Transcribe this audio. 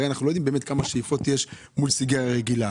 הרי אנחנו לא יודעים באמת כמה שאיפות יש מול סיגריה רגילה.